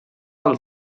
del